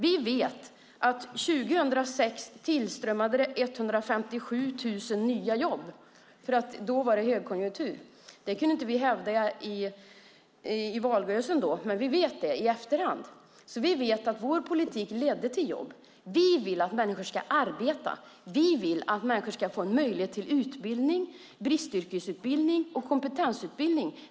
Vi vet att det år 2006 tillströmmade 157 000 nya jobb, för då var det högkonjunktur. Det kunde vi inte hävda i valrörelsen då, men vi vet det i efterhand. Vi vet att vår politik ledde till jobb. Vi vill att människor ska arbeta. Vi vill att människor ska få möjlighet till utbildning, bristyrkesutbildning och kompetensutbildning.